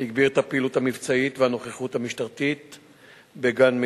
הגביר את הפעילות המבצעית והנוכחות המשטרתית בגן-מאיר,